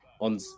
On